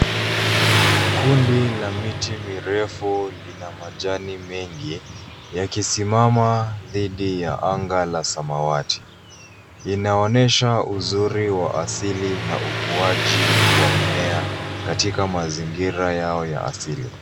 Kundi la miti mirefu lina majani mengi yakisimama dhidi ya anga la samawati. Inaonyesha uzuri wa asili na ukuwaji wa mimea katika mazingira yao ya asili.